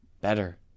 better